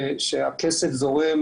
שהכסף זורם,